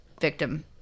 victim